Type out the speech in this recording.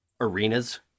arenas